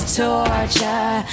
torture